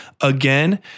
again